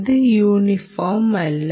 അത് യൂണിഫോം അല്ല